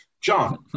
John